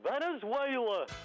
Venezuela